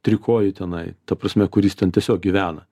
trikojį tenai ta prasme kur jis ten tiesiog gyvena